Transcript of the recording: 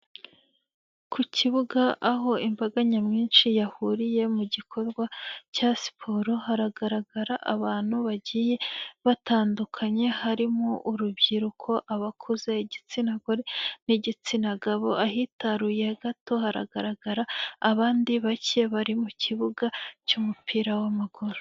Ku kibuga aho imbaga nyamwinshi yahuriye mu gikorwa cya siporo, haragaragara abantu bagiye batandukanye harimo urubyiruko abakuze, igitsinagore n'igitsina gabo, ahitaruye gato haragaragara abandi bake bari mu kibuga cy'umupira w'amaguru.